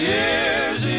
Year's